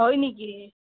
হয় নেকি